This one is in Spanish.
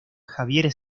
javier